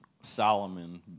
Solomon